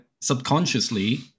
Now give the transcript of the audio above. subconsciously